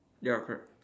ya correct